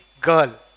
girl